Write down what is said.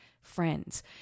friends